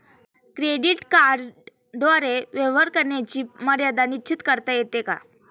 Credit कार्डद्वारे व्यवहार करण्याची मर्यादा निश्चित करता येते का?